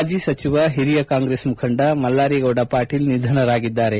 ಮಾಜಿ ಸಚಿವ ಹಿರಿಯ ಕಾಂಗ್ಲೆಸ್ ಮುಖಂಡ ಮಲ್ಲಾರಿ ಗೌಡ ಪಾಟೀಲ್ ನಿಧನರಾಗಿದ್ದಾರೆ